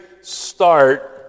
start